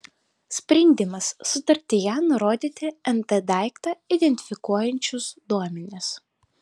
sprendimas sutartyje nurodyti nt daiktą identifikuojančius duomenis